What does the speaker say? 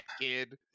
kid